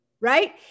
right